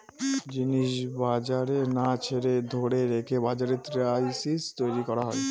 জিনিস বাজারে না ছেড়ে ধরে রেখে বাজারে ক্রাইসিস তৈরী করা হয়